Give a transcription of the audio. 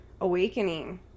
awakening